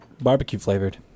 barbecue-flavored